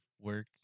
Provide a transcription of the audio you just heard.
work